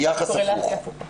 מתאם הפוך.